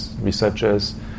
researchers